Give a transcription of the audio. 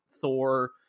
Thor